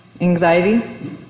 Anxiety